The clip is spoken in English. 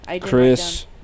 Chris